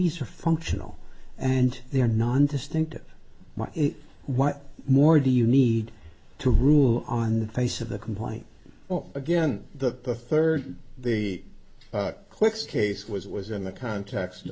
these are functional and they are non distinctive what more do you need to rule on the face of the complaint again that the third the clicks case was was in the context